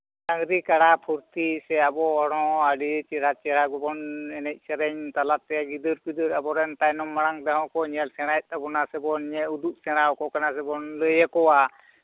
ᱰᱟᱝᱨᱤ ᱠᱟᱲᱟ ᱯᱷᱩᱨᱛᱤ ᱥᱮ ᱟᱵᱚ ᱦᱚᱲᱦᱚᱸ ᱟᱹᱰᱤ ᱪᱮᱨᱦᱟ ᱪᱮᱨᱦᱟ ᱜᱮᱵᱚᱱ ᱮᱱᱮᱡ ᱥᱮᱹᱨᱮᱹᱧ ᱛᱟᱞᱟᱛᱮ ᱜᱤᱫᱟᱹᱨ ᱯᱤᱫᱟᱹᱨ ᱟᱵᱚᱨᱮᱱ ᱛᱟᱭᱚᱢ ᱢᱟᱲᱟᱝ ᱨᱮᱦᱚᱸ ᱠᱚ ᱧᱮᱞ ᱥᱮᱲᱟᱭ ᱛᱟᱵᱳᱱᱟ ᱥᱮᱵᱚᱱ ᱩᱫᱩᱜ ᱥᱮᱲᱟ ᱟᱠᱚ ᱠᱟᱱᱟ ᱥᱮᱵ ᱞᱟᱹᱭ ᱟᱠᱚᱣᱟ